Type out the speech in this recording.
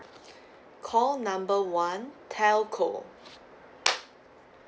call number one telco